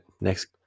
Next